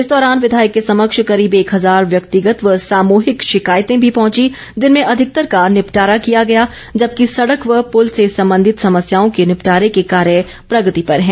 इस दौरान विधायक के समक्ष करीब एक हजार व्यक्तिगत व सामहिक शिकायतें भी पहची जिनमें अधिकतर का निपटारा किया गया जबकि सड़क व पुल से संबंधित समस्याओं के निपटारे के कार्य प्रगति पर है